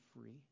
free